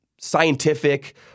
scientific